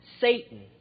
Satan